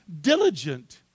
diligent